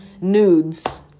nudes